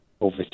over